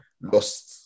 lost